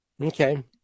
Okay